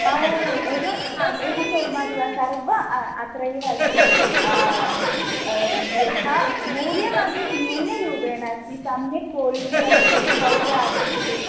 ओ एव गृहं निर्माति वा सर्व आ अत्रैव अस्ति यथा मूल्यमपि न्यूनरूपेण अस्ति सम्यक् क्वालिटि अस्ति भवती आगच्छतु